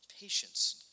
patience